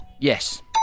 Yes